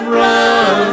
run